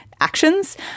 actions